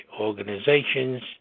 organizations